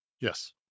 Yes